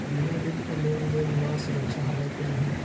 बिना बिल के लेन देन म सुरक्षा हवय के नहीं?